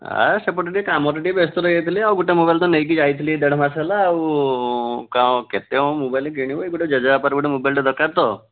ସେପଟେ ଟିକିଏ କାମରେ ଟିକିଏ ବ୍ୟସ୍ତ ରହିଯାଇଥିଲି ଆଉ ଗୋଟେ ମୋବାଇଲ୍ ତ ନେଇକି ଯାଇଥିଲି ଏଇ ଦେଢ଼ମାସ ହେଲା ଆଉ କେତେ ଆଉ ମୋବାଇଲ୍ କିଣିବି ଗୋଟେ ଜେଜେବାପାର ଗୋଟେ ମୋବାଇଲ୍ଟେ ଦରକାର ତ